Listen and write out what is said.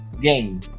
Game